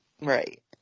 Right